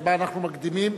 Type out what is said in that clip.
אנחנו מקדימים